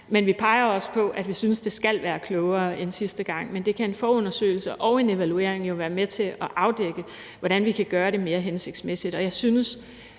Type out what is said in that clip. men vi peger også på, at vi synes, det skal være klogere end sidste gang. En forundersøgelse og en evaluering kan jo være med til at afdække, hvordan vi kan gøre det mere hensigtsmæssigt,